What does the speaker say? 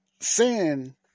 Sin